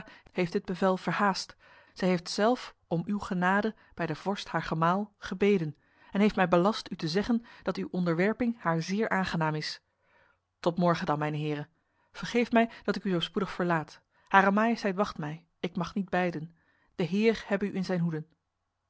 heeft dit bevel verhaast zij heeft zelf om uw genade bij de vorst haar gemaal gebeden en heeft mij belast u te zeggen dat uw onderwerping haar zeer aangenaam is tot morgen dan mijne heren vergeeft mij dat ik u zo spoedig verlaat hare majesteit wacht mij ik mag niet beiden de heer hebbe u in zijn hoede